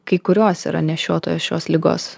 kai kurios yra nešiotojai šios ligos